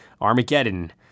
Armageddon